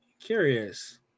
Curious